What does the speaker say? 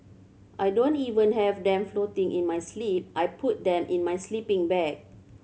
I don't even have them floating in my sleep I put them in my sleeping bag